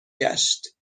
گشت